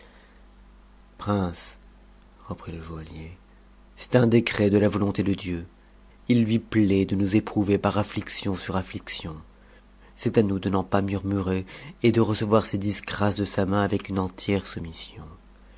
reprit le joaillier c'est un décret de la volonté de dieu it lui pta t de nous éprouver par affliction sur affliction c'est à nous de n'en pas murmurer et de recevoir ces disgrâces de sa main avec une entière soumission